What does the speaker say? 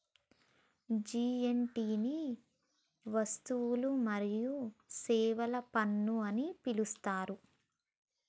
GST ని వస్తువులు మరియు సేవల పన్ను అని పిలుత్తారు